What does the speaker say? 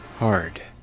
hard.